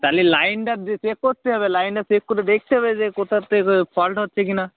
তালে লাইনটা দে চেক করতে হবে লাইনটা চেক করে দেখতে হবে যে কোথা থেকে ফল্ট হচ্ছে কি না